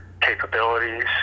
capabilities